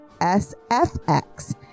SFX